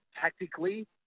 Tactically